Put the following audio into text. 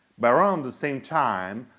by around the same time,